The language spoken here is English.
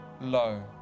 low